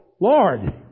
Lord